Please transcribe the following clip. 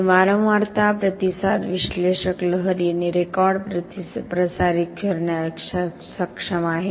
आणि वारंवारता प्रतिसाद विश्लेषक लहरी आणि रेकॉर्ड प्रसारित करण्यास सक्षम आहे